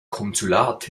konsulat